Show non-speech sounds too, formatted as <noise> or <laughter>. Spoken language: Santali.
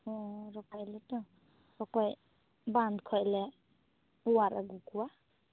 ᱦᱮᱸ <unintelligible> ᱛᱚ ᱚᱠᱚᱭ ᱵᱟᱱᱫᱽ ᱠᱷᱚᱡ ᱞᱮ ᱚᱣᱟᱨ ᱟᱜᱩᱠᱚᱣᱟ